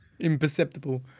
imperceptible